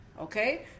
Okay